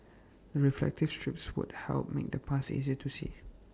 the reflective strips would help make the paths easier to see